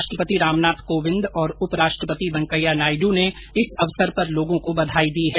राष्ट्रपति रामनाथ कोंविद और उप राष्ट्रपति वेंकैया नायडु ने इस अवसर पर लोगों को बधाई दी है